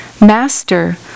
Master